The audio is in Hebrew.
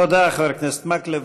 תודה, חבר הכנסת מקלב.